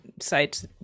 sites